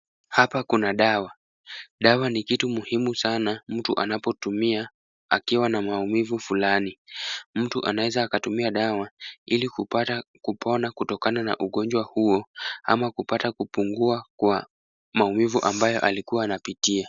Hapa kuna dawa. Dawa ni kitu muhimu sana mtu anapotumia akiwa na maumivu fulani. Mtu anaweza akatumia dawa ili kupata kupona kutokana na ugonjwa huo ama kupata kupungua kwa maumivu ambayo alikuwa anapitia.